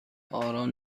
باران